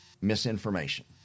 misinformation